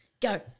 Go